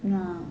!huh!